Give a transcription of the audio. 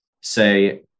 say